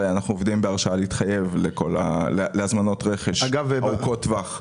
אנחנו עובדים בהרשאה להתחייב להזמנות רכש ארוכות טווח.